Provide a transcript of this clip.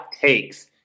Takes